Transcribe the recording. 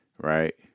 right